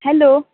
hello